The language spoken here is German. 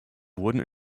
wurden